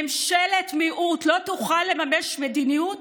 ממשלת מיעוט לא תוכל לממש מדיניות